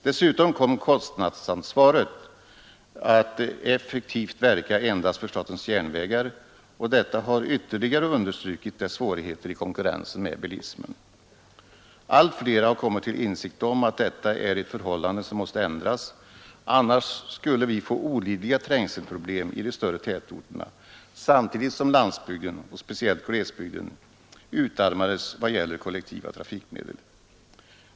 Dessutom kom kostnadsansvaret att effektivt verka endast för statens järnvägar, och det har ytterligare understrukit statens järnvägars svårigheter i konkurrensen med bilismen. Allt flera har kommit till insikt om att detta är ett förhållande som måste ändras — annars skulle vi få olidliga trängselproblem i de större tätorterna samtidigt som landsbygden, och speciellt glesbygden, utarmades vad gäller kollektiva trafikmedel.